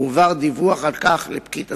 הועבר דיווח על כך לפקיד הסעד.